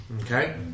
Okay